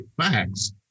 facts